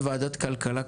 בוועדת כלכלה,